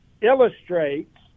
illustrates